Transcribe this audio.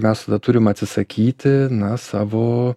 mes tada turim atsisakyti savo